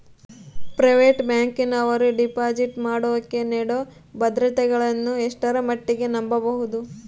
Private ಬ್ಯಾಂಕಿನವರು deposit ಮಾಡೋಕೆ ನೇಡೋ ಭದ್ರತೆಗಳನ್ನು ಎಷ್ಟರ ಮಟ್ಟಿಗೆ ನಂಬಬಹುದು?